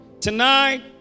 Tonight